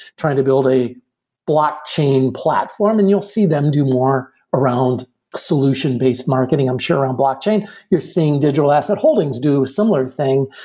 trying to build a blockchain platform, and you'll see them do more around solution-based marketing. i'm sure on blockchain, you're seeing digital asset holdings do similar thing,